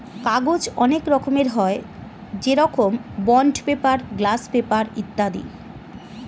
কাগজ অনেক রকমের হয়, যেরকম বন্ড পেপার, গ্লাস পেপার ইত্যাদি